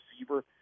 receiver